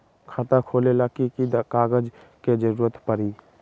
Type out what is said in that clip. खाता खोले ला कि कि कागजात के जरूरत परी?